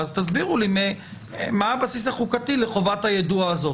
תסבירו לי מה הבסיס החוקתי לחובת היידוע הזאת.